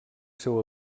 seu